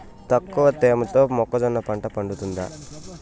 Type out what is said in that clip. తక్కువ తేమతో మొక్కజొన్న పంట పండుతుందా?